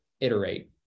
iterate